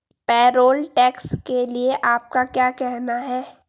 Payroll tax के लिए आपका क्या कहना है?